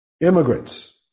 Immigrants